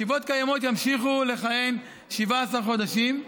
ישיבות קיימות ימשיכו לשרת 17 חודשים,